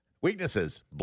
Weaknesses